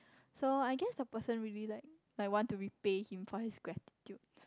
so I guess the person really like like want to repay him for his gratitude